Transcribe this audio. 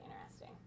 interesting